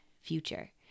future